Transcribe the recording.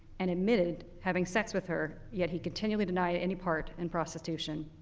and admitted having sex with her, yet he continually denied any part in prostitution.